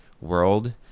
world